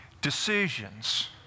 decisions